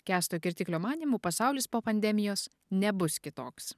kęsto kirtiklio manymu pasaulis po pandemijos nebus kitoks